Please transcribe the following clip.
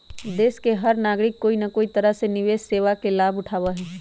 देश के हर नागरिक कोई न कोई तरह से निवेश सेवा के लाभ उठावा हई